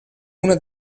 una